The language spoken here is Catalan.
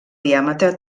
diàmetre